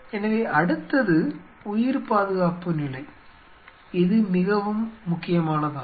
எனவே அடுத்தது உயிர்பாதுகாப்பு நிலை இது மிகவும் முக்கியமானதாகும்